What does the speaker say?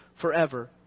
forever